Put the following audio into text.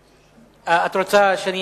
את רוצה שאני